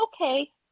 okay